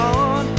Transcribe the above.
on